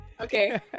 Okay